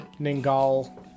Ningal